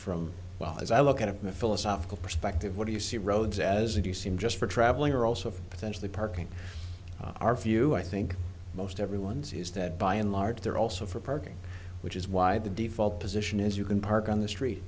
from well as i look at it from the philosophical perspective what do you see roads as if you seem just for travelling or also potentially parking our view i think most everyone sees that by and large they're also for parking which is why the default position is you can park on the street